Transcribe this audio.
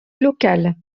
locale